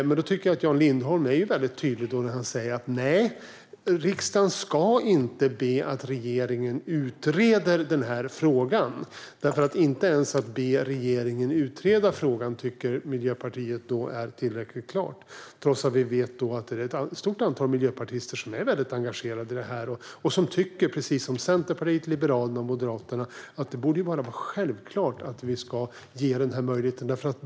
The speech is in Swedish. Jag tycker att Jan Lindholm är tydlig när han säger att riksdagen alltså inte ska be att regeringen utreder den här frågan. Miljöpartiet tycker att det inte ens är tillräckligt klart för att vi ska kunna be regeringen att utreda frågan, trots att vi ju vet att ett stort antal miljöpartister är engagerade i detta och precis som Centerpartiet, Liberalerna och Moderaterna tycker att det borde vara självklart att denna möjlighet skulle finnas.